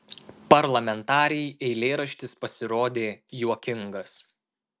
parlamentarei eilėraštis pasirodė juokingas